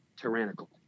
tyrannical